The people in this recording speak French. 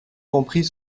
comprit